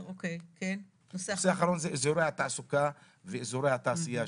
נושא אחרון זה אזורי התעסוקה ואזורי התעשייה,